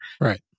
Right